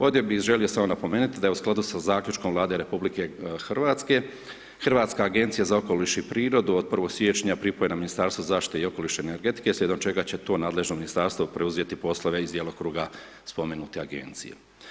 Ovdje bih želio samo napomenuti da je u skladu sa zaključkom Vlade RH Hrvatska agencija za okoliš i prirodu od 1. siječnja pripojena Ministarstvu zaštite i okoliša i energetike slijedom čega će to nadležno ministarstvo preuzeti poslove iz djelokruga spomenute agencije.